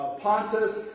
Pontus